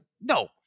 No